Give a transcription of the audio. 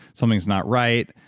something's not right,